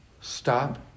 Stop